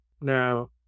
Now